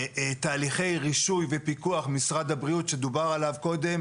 תהליכי רישוי ופיקוח במשרד הבריאות שדובר עליו קודם.